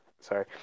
sorry